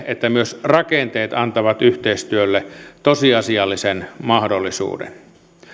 että myös rakenteet antavat yhteistyölle tosiasiallisen mahdollisuuden